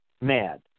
mad